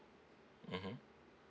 mmhmm